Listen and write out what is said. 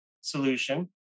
solution